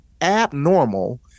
Abnormal